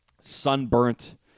sunburnt